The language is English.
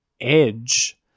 Edge